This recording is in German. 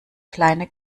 kleine